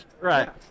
right